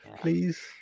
Please